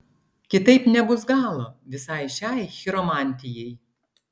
kitaip nebus galo visai šiai chiromantijai